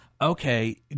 okay